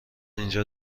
اینجا